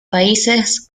países